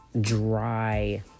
dry